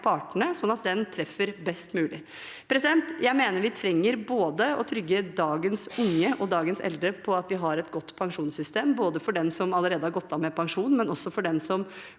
at den treffer best mulig. Jeg mener vi trenger å trygge dagens unge og dagens eldre på at vi har et godt pensjonssystem både for dem som allerede har gått av med pensjon, og for dem som